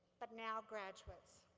but now, graduates